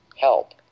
help